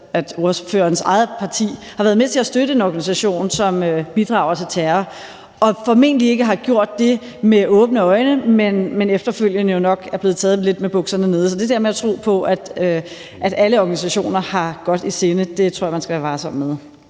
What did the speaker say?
at ordførerens eget parti har været med til at støtte en organisation, som bidrager til terror, som formentlig ikke har gjort det med åbne øjne, men som efterfølgende jo nok er blevet taget lidt med bukserne nede. Så det der med at tro på, at alle organisationer har godt i sinde, tror jeg man skal være varsom med.